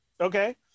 Okay